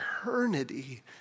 eternity